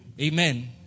Amen